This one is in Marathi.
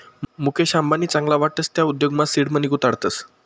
मुकेश अंबानी चांगला वाटस त्या उद्योगमा सीड मनी गुताडतस